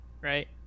right